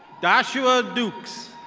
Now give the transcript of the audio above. doshua dukes.